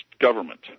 government